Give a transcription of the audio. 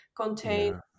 contain